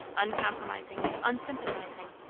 uncompromising, unsympathizing,